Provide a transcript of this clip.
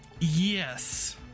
Yes